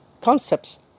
concepts